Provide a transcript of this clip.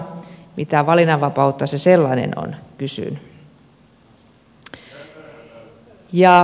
mitä valinnanvapautta se sellainen on kysyn